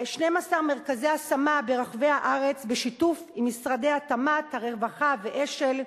12 מרכזי השמה ברחבי הארץ בשיתוף עם משרדי התמ"ת והרווחה ואש"ל,